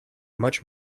much